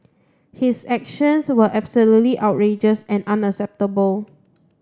his actions were absolutely outrageous and unacceptable